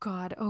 God